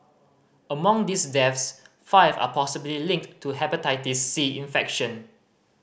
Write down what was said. among these depths five are possibly linked to Hepatitis C infection